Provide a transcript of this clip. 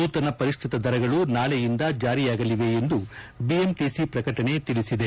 ನೂತನ ಪರಿಷ್ಕ ತ ದರಗಳು ನಾಳೆಯಿಂದ ಜಾರಿಯಾಗಲಿದೆ ಎಂದು ಬಿಎಂಟಿಸಿ ಪ್ರಕಟಣೆ ತಿಳಿಸಿದೆ